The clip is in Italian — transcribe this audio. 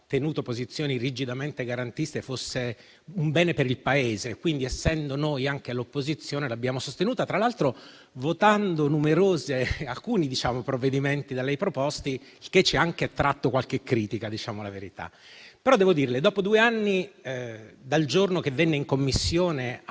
tenuto posizioni rigidamente garantiste, fosse un bene per il Paese e quindi, essendo noi anche all'opposizione, l'abbiamo sostenuta, tra l'altro votando alcuni provvedimenti da lei proposti, il che ci ha anche attirato qualche critica, diciamo la verità. Devo dirle, però, dopo due anni dal giorno in cui venne in Commissione